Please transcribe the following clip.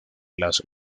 las